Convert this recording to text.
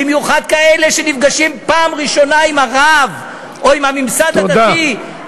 במיוחד לכאלה שנפגשים פעם ראשונה עם הרב או עם הממסד הדתי.